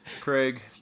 craig